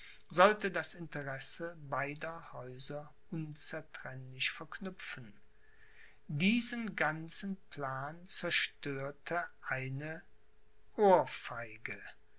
sollte das interesse beider häuser unzertrennlich verknüpfen diesen ganzen plan zerstörte eine ohrfeige